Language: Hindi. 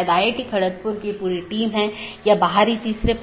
इसलिए EBGP साथियों के मामले में जब हमने कुछ स्लाइड पहले